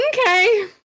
Okay